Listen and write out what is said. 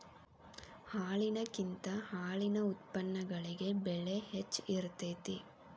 ಹಾಲಿನಕಿಂತ ಹಾಲಿನ ಉತ್ಪನ್ನಗಳಿಗೆ ಬೆಲೆ ಹೆಚ್ಚ ಇರತೆತಿ